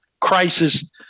crisis